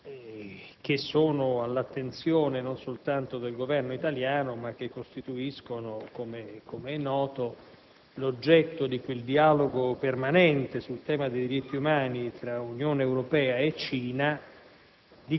aspetti, all'attenzione non soltanto del Governo italiano, che costituiscono, come è noto, oggetto di quel dialogo permanente sul tema dei diritti umani tra Unione Europea e Cina